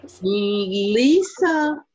Lisa